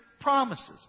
promises